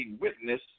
witness